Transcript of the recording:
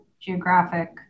geographic